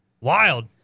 wild